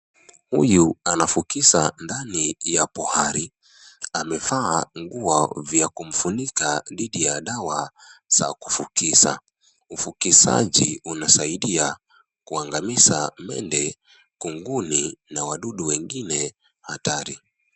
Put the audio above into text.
Huyu anafukisa ndani ya bohari, amevaa nguo vya kumfunika dhidi ya dawa za kufukiza. Ufukizaji unasaidia kuangamiza mende, kunguni na wadudu wengine hatari.